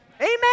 Amen